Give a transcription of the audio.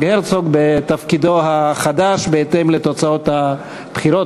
הרצוג בתפקידו החדש בהתאם לתוצאות הבחירות,